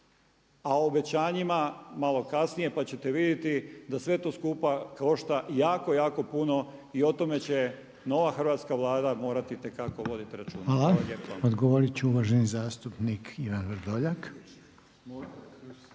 A o obećanjima malo kasnije pa ćete vidjeti da sve to skupa košta jako, jako puno i o tome će nova Hrvatska vlada morati itekako voditi računa. Hvala lijepa. **Reiner, Željko